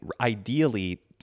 ideally